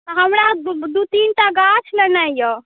हमरा दू तीन टा गाछ लेनाइ यऽ